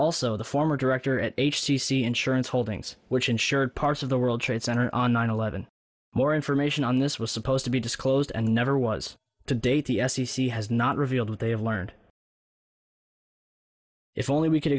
also the former director at h c c insurance holdings which insured parts of the world trade center on nine eleven more information on this was supposed to be disclosed and never was to date the f c c has not revealed what they have learned if only we could